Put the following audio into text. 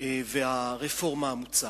והרפורמה המוצעת.